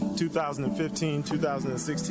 2015-2016